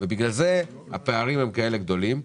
ולכן הפערים הם כאלה גדולים.